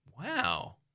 Wow